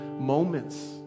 moments